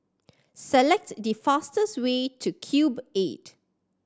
select the fastest way to Cube Eight